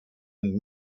and